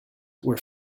were